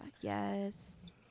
Yes